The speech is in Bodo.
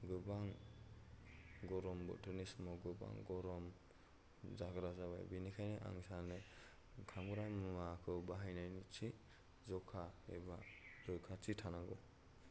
गोबां गरम बोथोरनि समाव गोबां गरम जाग्रा जाबाय बेनिखायनो आं सानो खामग्रा मुवाखौ बाहायनायानि थि ज'खा एबा रोखाथि थानांगौ